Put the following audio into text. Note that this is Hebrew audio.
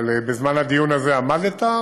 אבל בזמן הדיון הזה עמדת,